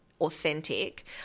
authentic